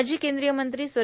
माजी कद्रीयमंत्री स्व